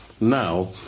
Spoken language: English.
now